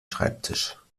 schreibtisch